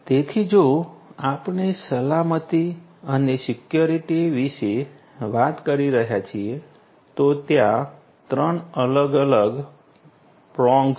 તેથી જો આપણે સલામતી અને સિક્યુરિટી વિશે વાત કરી રહ્યા છીએ તો ત્યાં 3 અલગ અલગ પ્રૉન્ગ્સ છે